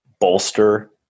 bolster